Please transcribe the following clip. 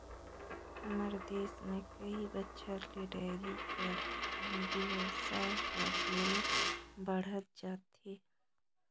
हमर देस में कई बच्छर ले डेयरी कर बेवसाय हर ढेरे बढ़हत जाथे